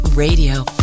Radio